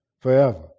forever